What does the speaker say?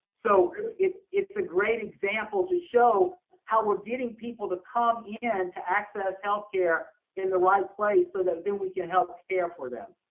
so it's it's a great example to show how we're getting people to come in to access healthcare in the right place so that then we can help care for them.